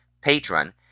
patron